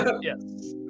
yes